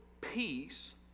peace